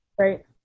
Right